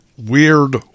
Weird